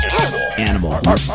Animal